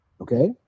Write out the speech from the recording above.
okay